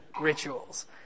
rituals